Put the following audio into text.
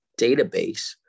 database